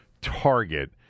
target